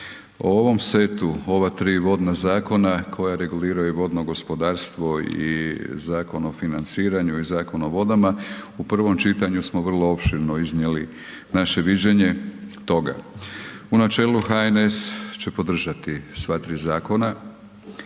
O ovom setu ova tri vodna zakona koja reguliraju vodno gospodarstvo i Zakon o financiranju i Zakon o vodama u prvom čitanju smo vrlo opširno iznijeli naše viđenje toga. U načelu HNS će podržati sva tri zakona.